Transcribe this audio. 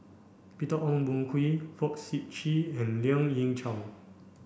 Peter Ong Boon Kwee Fong Sip Chee and Lien Ying Chow